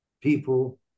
people